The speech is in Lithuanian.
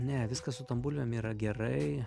ne viskas su tuom bulvėm yra gerai